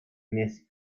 miss